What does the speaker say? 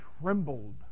trembled